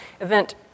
event